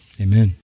Amen